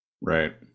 right